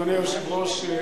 אדוני היושב-ראש,